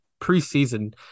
preseason